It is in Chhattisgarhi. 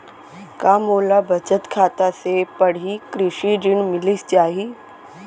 का मोला बचत खाता से पड़ही कृषि ऋण मिलिस जाही?